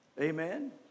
Amen